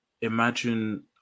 imagine